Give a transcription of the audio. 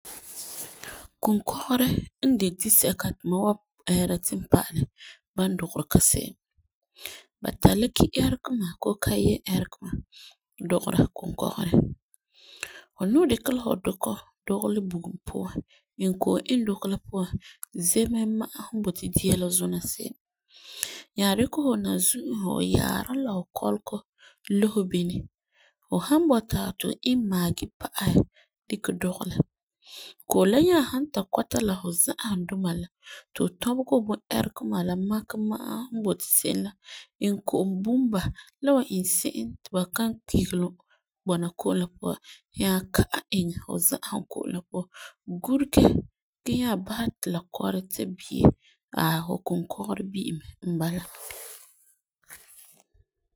Kunkɔgerɛ n de disɛka ti ma wan ɛɛra ti n pa'alɛ ba dugeri ka se'em. Ba tari la ki-ɛrigema bee kariyin-ɛrigema dugera kunkɔgerɛ. Fu ni dikɛ la hu dukɔ dugelɛ bugum puan iŋɛ ko'om iŋɛ Duke la puan zemese ma'a hu boti dia la zona se'em nya dikɛ fu nazu'usi, hu yaarum, la fu kɔlekɔ luhe bini fu san bɔta ti fu iŋɛ maagi pa'asɛ dikɛ dugelɛ. Ko'om la nya san ta kɔta la hu za'ahum duma la ti fu tɔbege fu bu-ɛrigema la makɛ ma'a hu boti se'em la iŋɛ ko'om bum ba la wan iŋɛ se'em ti ba kan kpegelim bɔna ko'om la puan nya ka'a iŋɛ fu za'ahum ko'om la puan Gurenɛ gee nya bahɛ ti la kɔrɛ ta bi'e aayi fu kunkɔgerɛ bi'e me n bala.